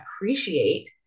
appreciate